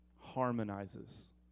harmonizes